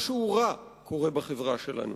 משהו רע קורה בחברה שלנו.